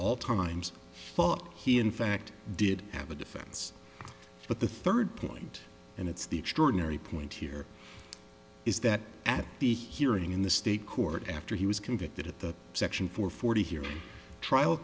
all times thought he in fact did have a defense but the third point and it's the extraordinary point here is that at the hearing in the state court after he was convicted at the section four forty hearing trial